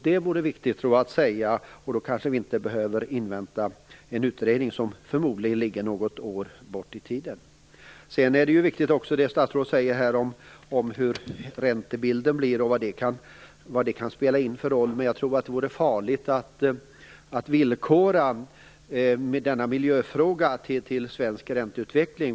Det vore viktigt att framhålla, och då kanske vi inte behöver invänta en utredning som förmodligen ligger något år bortåt i tiden. Det som statsrådet säger om hur räntebilden blir och vilken roll det kan spela är också viktigt. Jag tror dock att det vore farligt att villkora denna miljöfråga till svensk ränteutveckling.